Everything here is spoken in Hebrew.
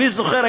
אני זוכר,